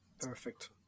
Perfect